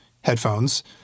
headphones